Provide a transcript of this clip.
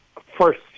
first